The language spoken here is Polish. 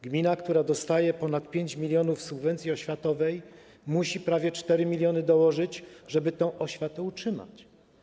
Gmina, która dostaje ponad 5 mln zł subwencji oświatowej, musi prawie 4 mln zł dołożyć, żeby tę oświatę utrzymać.